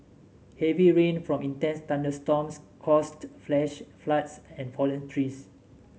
heavy rain from intense thunderstorms caused flash floods and fallen trees